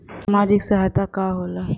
सामाजिक सहायता का होला?